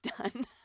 done